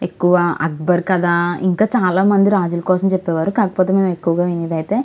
ఎక్కువ అక్బర్ కదా ఇంకా చాలా మంది రాజుల కోసం చెప్పేవారు కాకపోతే మేము ఎక్కువగా విన్నది అయితే